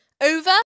over